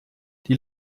die